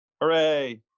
Hooray